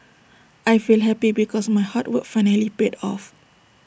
I feel happy because my hard work finally paid off